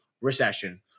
recession